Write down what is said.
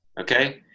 Okay